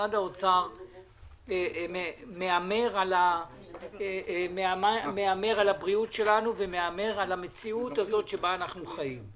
משרד האוצר מהמר על הבריאות שלנו ומהמר על המציאות הזאת שבה אנחנו חיים.